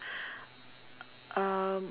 um